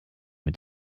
mit